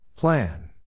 Plan